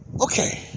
Okay